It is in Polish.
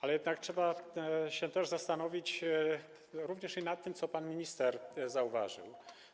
Ale jednak trzeba się zastanowić również nad tym, co pan minister zauważył.